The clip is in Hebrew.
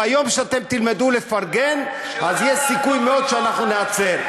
ביום שאתם תלמדו לפרגן, אז יש סיכוי שאנחנו ניעצר.